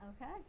okay